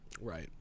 right